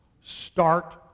start